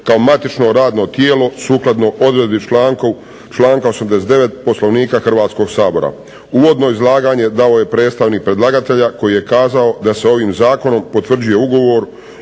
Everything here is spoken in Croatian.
kao matično radno tijelo sukladno odredbi članka 89. Poslovnika Hrvatskog sabora. Uvodno izlaganje dao je predstavnik predlagatelja koji je kazao da se ovim zakonom potvrđuje Ugovor